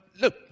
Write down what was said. look